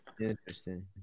Interesting